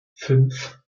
fünf